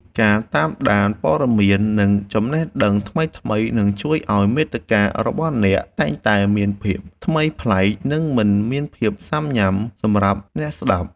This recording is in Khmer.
ការតាមដានព័ត៌មាន និងចំណេះដឹងថ្មីៗនឹងជួយឱ្យមាតិការបស់អ្នកតែងតែមានភាពថ្មីប្លែក និងមិនមានភាពស៊ាំញ៉ាំសម្រាប់អ្នកស្តាប់។